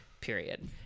Period